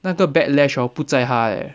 那个 backlash hor 不在他 eh